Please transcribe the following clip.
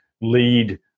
lead